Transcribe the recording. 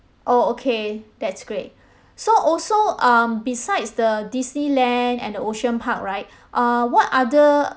oh okay that's great so also um besides the disneyland and the ocean park right err what other